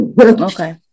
Okay